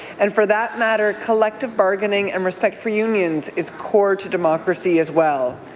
and for that matter, collective bargaining and respect for unions is core to democracy as well.